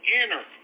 inner